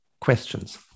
Questions